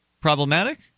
problematic